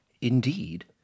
indeed